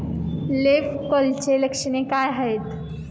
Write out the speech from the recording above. Leaf कर्लची लक्षणे काय आहेत?